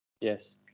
Yes